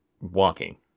walking